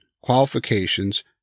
qualifications